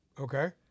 Okay